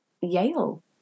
Yale